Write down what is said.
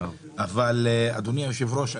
אדוני היושב-ראש,